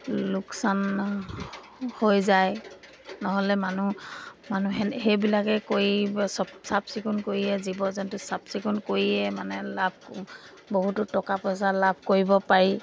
লোকচান হৈ যায় নহ'লে মানুহ মানুহে সেইবিলাকে কৰি চব চাফ চিকুণ কৰিয়ে জীৱ জন্তু চাফ চিকুণ কৰিয়ে মানে লাভ বহুতো টকা পইচা লাভ কৰিব পাৰি